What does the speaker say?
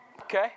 Okay